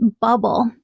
bubble